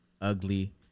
ugly